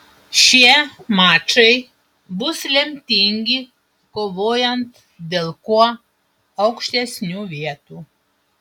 šie mačai bus lemtingi kovojant dėl kuo aukštesnių vietų